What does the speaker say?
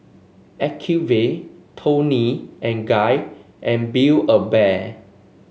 Acuvue Toni and Guy and Build A Bear